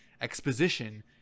exposition